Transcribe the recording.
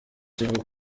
kivu